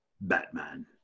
batman